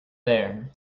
there